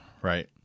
right